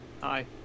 Hi